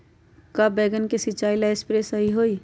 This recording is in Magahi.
का बैगन के सिचाई ला सप्रे सही होई?